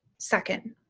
second,